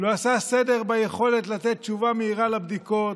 לא עשה סדר ביכולת לתת תשובה מהירה לבדיקות,